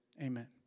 Amen